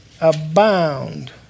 abound